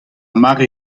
mare